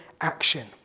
action